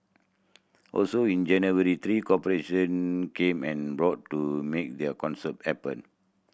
also in January three corporation came and broad to make their concert happen